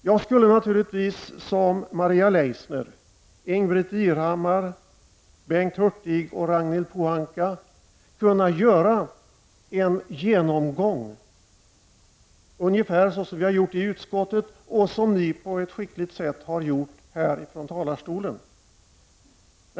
Jag skulle naturligtvis, liksom Maria Leissner, Ingbritt Irhammar, Bengt Hurtig och Ragnhild Pohanka, kunna göra en genomgång ungefär på samma sätt som vi har gjort i utskottet och som ni på ett skickligt sätt har gjort här från talarstolen.